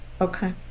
Okay